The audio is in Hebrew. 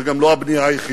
זו גם לא הבנייה היחידה.